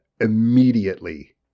immediately